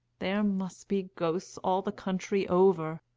there must be ghosts all the country over,